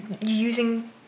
using